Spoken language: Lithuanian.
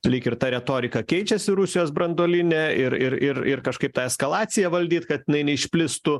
lyg ir ta retorika keičiasi rusijos branduolinė ir ir ir ir kažkaip tą eskalaciją valdyti kad jinai neišplistų